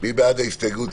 מי בעד ההסתייגות?